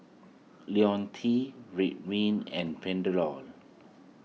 Ionil T Ridwind and Panadol